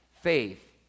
faith